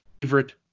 favorite